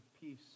peace